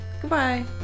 Goodbye